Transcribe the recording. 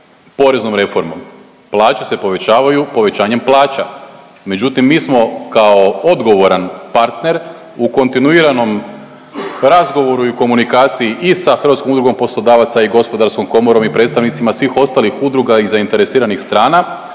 poreznom reformom, plaće se povećavaju povećanjem plaća, međutim mi smo kao odgovoran partner u kontinuiranom razgovoru i u komunikaciji i sa Hrvatskom udrugom poslodavaca i Gospodarskom komorom i predstavnicima svih ostalih udruga i zainteresiranih strana,